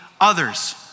others